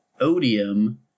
odium